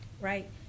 right